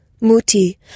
Muti